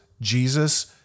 Jesus